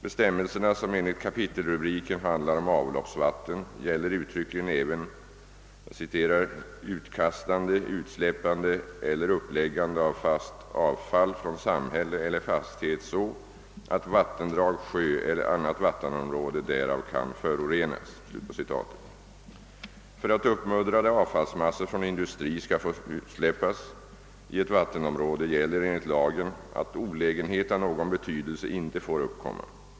Bestämmelserna, som enligt kapitelrubriken handlar om avloppsvatten, gäller uttryckligen även »utkastande, utsläppande eller uppläggande av fast avfall från samhälle eller fastighet så, att vattendrag, sjö eller annat vattenområde därav kan förorenas». För att uppmuddrade avfallsmassor från industri skall få utsläppas i ett vattenområde gäller enligt lagen att olägenhet av någon betydelse inte får uppkomma.